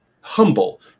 humble